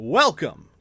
welcome